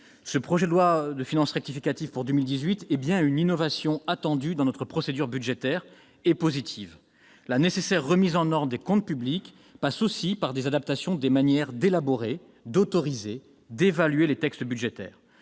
ce projet de loi de finances rectificative pour 2018 est bien une innovation attendue et positive dans notre procédure budgétaire. La nécessaire remise en ordre des comptes publics passe aussi par des adaptations des manières d'élaborer, d'autoriser, d'évaluer les textes budgétaires.